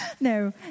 no